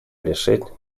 решить